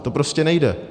To prostě nejde.